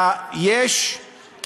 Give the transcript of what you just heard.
פתאום המדינות הידידות של ישראל,